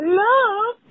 love